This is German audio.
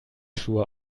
schuhe